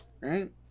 right